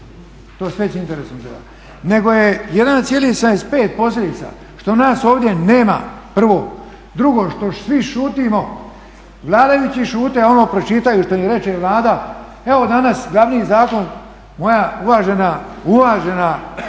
to s većim interesom gleda, nego je 1,75 posljedica što nas ovdje nema prvo. Drugo, što svi šutimo, vladajući šute ono pročitaju što im reče Vlada. Evo danas glavni zakon moja uvažena saborska